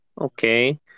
Okay